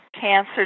cancer